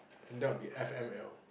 and that will be F_M_L